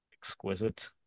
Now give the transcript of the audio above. exquisite